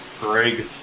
Greg